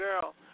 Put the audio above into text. girl